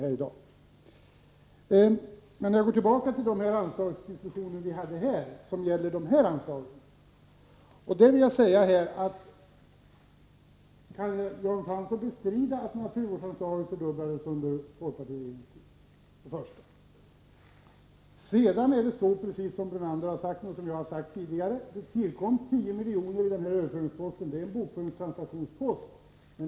När det gäller naturvårdsanslagen vill jag fråga om Jan Fransson kan bestrida att de fördubblades under folkpartiregeringens tid. Som både Lennart Brunander och jag har sagt tillkom det 10 miljoner i överföringsposten, som är en bokföringstransaktionspost.